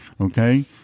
okay